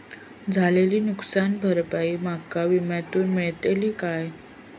झालेली नुकसान भरपाई माका विम्यातून मेळतली काय?